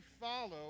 follow